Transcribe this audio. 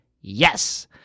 Yes